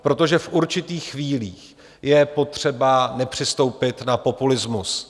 Protože v určitých chvílích je potřeba nepřistoupit na populismus.